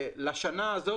לשנה הזאת,